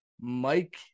Mike